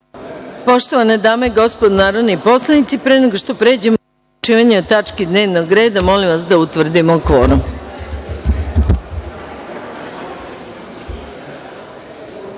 Poštovane dame i gospodo narodni poslanici, pre nego što pređemo na odlučivanje o tački dnevnog reda, molim vas da utvrdimo kvorum. Molim